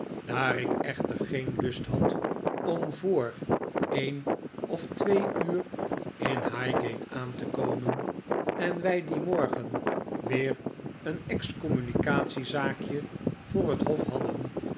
daar ik echter geen lust had om voor een of twee uur in highgate aan te komen en wij dien morgen weer een excommunicatiezaakje voor het hof hadden